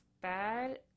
bad